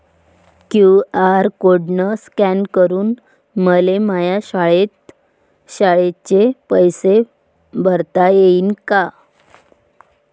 QR code scan करून मले माया शाळेचे पैसे भरता येईन का?